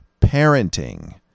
parenting